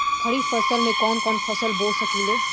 खरिफ मौसम में कवन कवन फसल बो सकि ले?